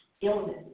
illness